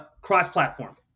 cross-platform